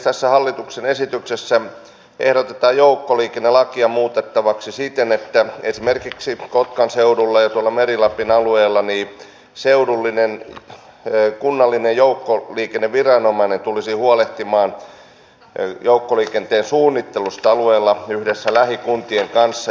tässä hallituksen esityksessä ehdotetaan joukkoliikennelakia muutettavaksi siten että esimerkiksi kotkan seudulla ja meri lapin alueella seudullinen kunnallinen joukkoliikenneviranomainen tulisi huolehtimaan joukkoliikenteen suunnittelusta alueella yhdessä lähikuntien kanssa